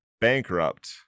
bankrupt